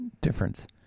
difference